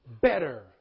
better